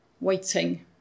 Waiting